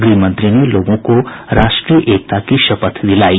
गृह मंत्री ने लोगों को राष्ट्रीय एकता की शपथ दिलायी